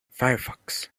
firefox